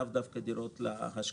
ולאו דווקא דירות להשקעה.